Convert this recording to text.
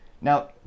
Now